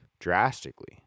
drastically